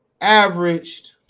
averaged